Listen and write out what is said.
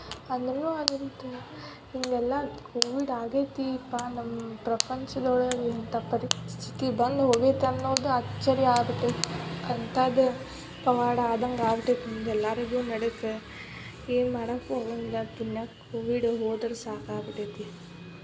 ಅಂದ್ರೂ ಅದು ಹೀಗೆಲ್ಲ ಕೋವಿಡ್ ಆಗೈತಿಪ್ಪ ನಮ್ಮ ಪ್ರಪಂಚದೊಳಗೆ ಇಂಥ ಪರಿಸ್ಥಿತಿ ಬಂದು ಹೋಗೈತಿ ಅನ್ನೋದು ಅಚ್ಚರಿ ಆಗ್ಬಿಟೈತೆ ಅಂಥದ್ದು ಪವಾಡ ಆದಂಗೆ ಆಗಿಬಿಟ್ಟೈತಿ ಎಲ್ಲರಿಗೂ ನಡುಕ್ಕ ಏನು ಮಾಡಕ್ಕೂ ಆಗಂಗಿಲ್ಲ ಪುಣ್ಯ ಕೋವಿಡ್ ಹೋದ್ರೆ ಸಾಕಾಗಿಬಿಟ್ಟೈತಿ